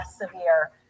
severe